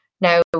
now